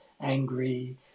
angry